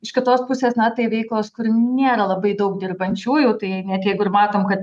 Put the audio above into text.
iš kitos pusės na tai veiklos kur nėra labai daug dirbančiųjų tai net jeigu ir matom kad